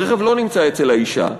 הרכב לא נמצא אצל האישה,